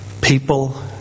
people